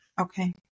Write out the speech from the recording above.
Okay